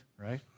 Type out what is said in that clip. Right